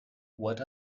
what